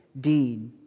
deed